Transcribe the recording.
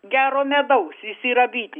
gero medaus jis yra bitininkas